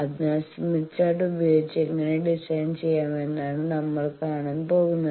അതിനാൽ Smith chart ഉപയോഗിച്ച് എങ്ങനെ ഡിസൈൻ ചെയ്യാം എന്നാണ് നമ്മൾ കാണാൻ പോകുന്നത്